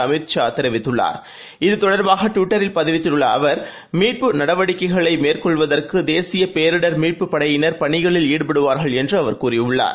அமித் ஷா தெரிவித்துள்ளார் இது தொடர்பாக ்டவிட்டரில் பதிவிட்டுள்ள அவர் மீட்பு நடவடிக்கைகளை மேற்கொள்ளுவதற்கு தேசிய பேரிடர் மீட்புப் படையினர் பணிகளில் ஈடுபடுவார்கள் என்று அவர் கூறியுள்ளார்